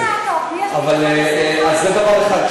ברור שהיה טוב, אבל אז זה דבר אחד.